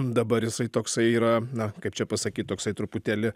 dabar jisai toksai yra na kaip čia pasakyt toksai truputėlį